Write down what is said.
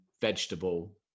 vegetable